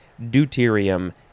Deuterium